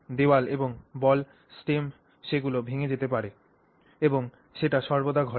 দেওয়াল এবং বল স্টেম সেলগুলি ভেঙে যেতে পারে এবং এটি সর্বদা ঘটে